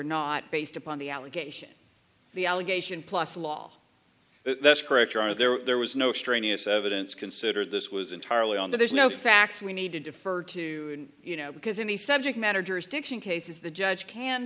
not based upon the allegation the allegation plus law that's correct or are there there was no extraneous evidence considered this was entirely on there's no facts we need to defer to you know because in the subject matter jurisdiction cases the judge can